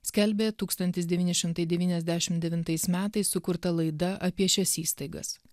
skelbė tūkstantis devyni šimtai devyniasdešim devintais metais sukurta laida apie šias įstaigas